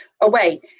away